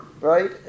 right